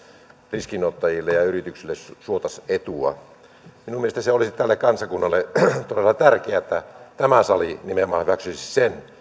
riskinottajille ja yrityksille suotaisiin etua minun mielestäni se olisi tälle kansakunnalle todella tärkeätä että tämä sali nimenomaan hyväksyisi sen